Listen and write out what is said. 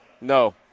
no